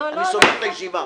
אני סוגר את הישיבה.